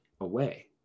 away